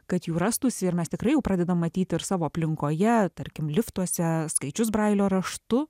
kad jų rastųsi ir mes tikrai jau pradedam matyti ir savo aplinkoje tarkim liftuose skaičius brailio raštu